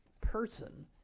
person